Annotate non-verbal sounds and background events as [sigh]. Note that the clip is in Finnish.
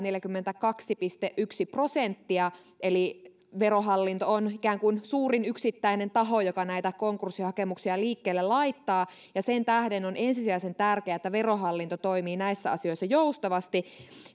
[unintelligible] neljäkymmentäkaksi pilkku yksi prosenttia eli verohallinto on ikään kuin suurin yksittäinen taho joka näitä konkurssihakemuksia liikkeelle laittaa ja sen tähden on ensisijaisen tärkeää että verohallinto toimii näissä asioissa joustavasti